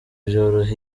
byoroha